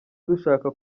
dushaka